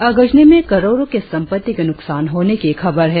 अगजनी में करोड़ों के संपत्ति के नुकसान होने की खबर है